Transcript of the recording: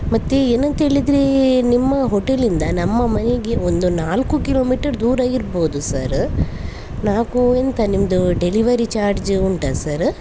ಮತ್ತೆ ಏನಂತ ಹೇಳಿದ್ರೇ ನಿಮ್ಮ ಹೋಟೆಲಿಂದ ನಮ್ಮ ಮನೆಗೆ ಒಂದು ನಾಲ್ಕು ಕಿಲೋಮೀಟರ್ ದೂರ ಇರ್ಬೋದು ಸರ ನಾಲ್ಕು ಎಂತ ನಿಮ್ಮದು ಡೆಲಿವರಿ ಚಾರ್ಜ್ ಉಂಟಾ ಸರ